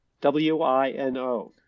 W-I-N-O